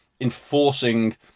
enforcing